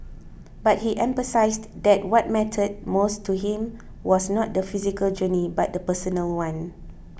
but he emphasised that what mattered most to him was not the physical journey but the personal one